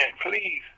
please